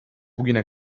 bugüne